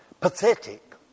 pathetic